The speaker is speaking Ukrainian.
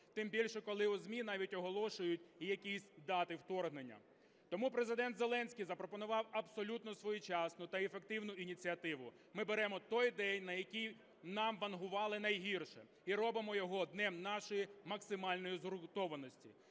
тим більше, коли у ЗМІ навіть оголошують якісь дати вторгнення. Тому Президент Зеленський запропонував абсолютно своєчасну та ефективну ініціативу: ми беремо той день, на який нам "вангували" найгірше, і робимо його днем нашої максимальної згуртованості.